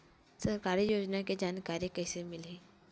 सरकारी योजना के जानकारी कइसे मिलही?